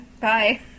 Bye